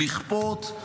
לכפות,